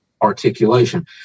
articulation